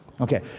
Okay